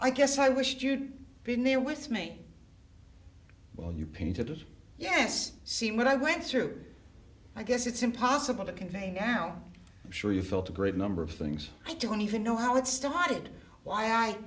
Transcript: i guess i wished you'd been there with me when you painted yes see what i went through i guess it's impossible to convey now i'm sure you felt a great number of things i don't even know how it started why i